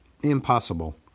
Impossible